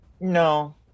No